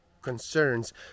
concerns